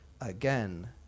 again